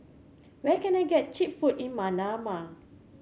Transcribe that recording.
where can I get cheap food in Manama